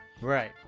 Right